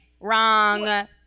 Wrong